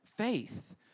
faith